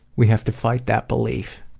we have to fight that belief,